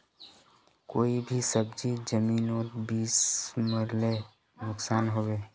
कोई भी सब्जी जमिनोत बीस मरले नुकसान होबे?